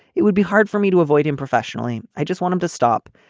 it would be hard for me to avoid him professionally. i just wanted to stop.